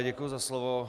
Děkuji za slovo.